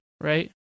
right